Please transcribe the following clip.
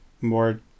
more